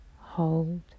hold